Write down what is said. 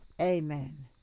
Amen